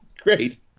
great